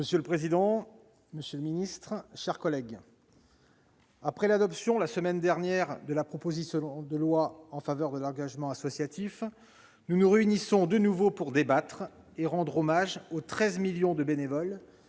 Monsieur le président, monsieur le secrétaire d'État, mes chers collègues, après l'adoption la semaine dernière de la proposition de loi en faveur de l'engagement associatif, nous nous réunissons de nouveau pour débattre et rendre hommage aux 13 millions de bénévoles